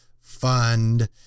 fund